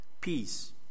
peace